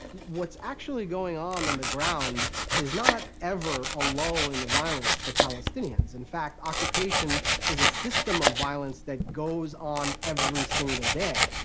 what's actually going on and the ground n is not ever a lull in the violence for palestinians. in fact, occupation is a system of violence that goes on every single day.